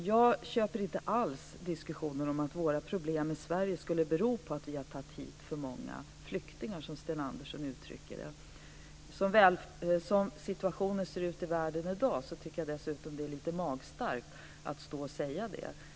Jag köper inte alls diskussionen att våra problem i Sverige skulle bero på att vi har tagit hit för många flyktingar - som Sten Andersson uttrycker det. Som situationen ser ut i världen i dag tycker jag dessutom att det är lite magstarkt att säga så.